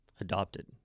adopted